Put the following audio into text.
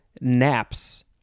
naps